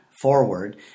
forward